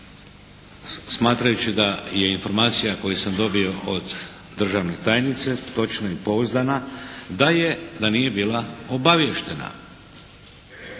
smatrajući da je informacija koju sam dobio od državne tajnice točna i pouzdana da je, da nije bila obaviještena.